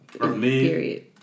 period